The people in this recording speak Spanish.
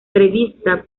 revista